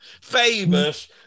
famous